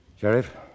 Sheriff